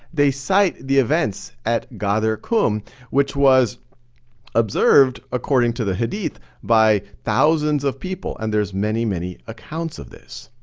they cite the events at ghadir khumm which was observed according to the hadith by thousands of people and there's many, many accounts of this.